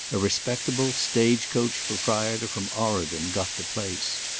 a respectable stage-coach proprietor from oregon got the place.